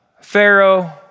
Pharaoh